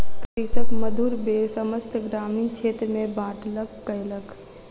कृषक मधुर बेर समस्त ग्रामीण क्षेत्र में बाँटलक कयलक